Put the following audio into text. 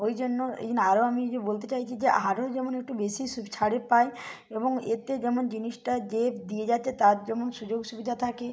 ওই জন্য ওই জন্য আরও আমি বলতে চাইছি যে আরও যেমন একটু বেশি ছাড়ে পাই এবং এতে যেমন জিনিসটা যে দিয়ে যাচ্ছে তার যেমন সুযোগ সুবিধা থাকে